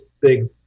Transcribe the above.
big